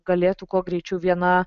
galėtų kuo greičiau viena